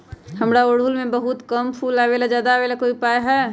हमारा ओरहुल में बहुत कम फूल आवेला ज्यादा वाले के कोइ उपाय हैं?